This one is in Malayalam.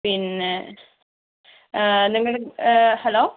പിന്നെ നിങ്ങളുടെ ഹലോ